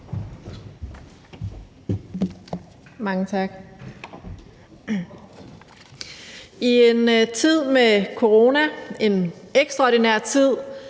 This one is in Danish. Mange tak. I en tid med corona, en ekstraordinær tid,